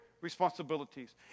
responsibilities